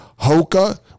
Hoka